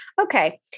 okay